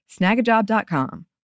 Snagajob.com